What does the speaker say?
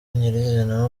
nyir’izina